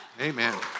amen